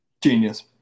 Genius